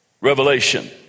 revelation